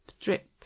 drip